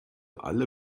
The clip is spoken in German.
alle